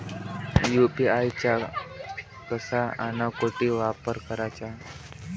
UPI चा कसा अन कुटी वापर कराचा?